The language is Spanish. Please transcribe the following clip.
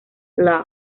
love